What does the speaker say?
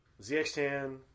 ZX10